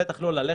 ובטח לא ללכת,